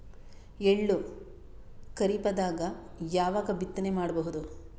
ಎಳ್ಳು ಖರೀಪದಾಗ ಯಾವಗ ಬಿತ್ತನೆ ಮಾಡಬಹುದು?